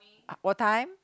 all time